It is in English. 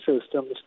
systems